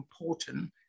important